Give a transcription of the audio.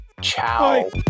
Ciao